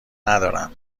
ندارم